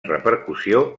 repercussió